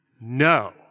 No